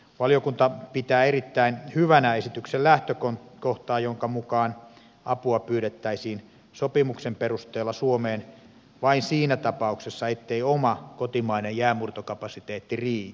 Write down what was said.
valiokunta pitää erittäin hyvänä esityksen lähtökohtaa jonka mukaan apua pyydettäisiin sopimuksen perusteella suomeen vain siinä tapauksessa ettei oma kotimainen jäänmurtokapasiteetti riitä